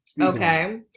Okay